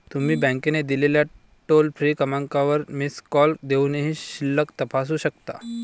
तुम्ही बँकेने दिलेल्या टोल फ्री क्रमांकावर मिस कॉल देऊनही शिल्लक तपासू शकता